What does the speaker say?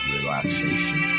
Relaxation